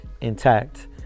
intact